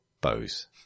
bows